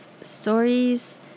stories